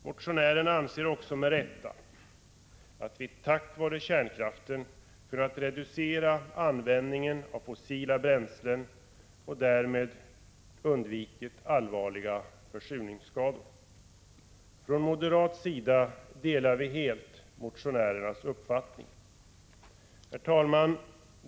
Motionärerna anser också med rätta att vi tack vare kärnkraften kunnat reducera användningen av fossila bränslen och därmed undvikit allvarliga försurningsskador. Från moderat sida delar vi helt motionärernas uppfattning. Herr talman!